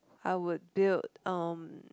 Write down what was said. I would build um